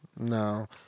No